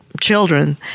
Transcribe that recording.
children